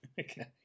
okay